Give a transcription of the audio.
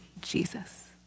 Jesus